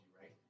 right